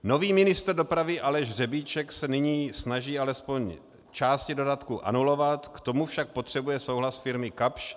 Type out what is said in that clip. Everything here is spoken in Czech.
Nový ministr dopravy Aleš Řebíček se nyní snaží alespoň části dodatku anulovat, k tomu však potřebuje souhlas firmy Kapsch.